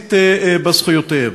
בסיסית בזכויותיהם.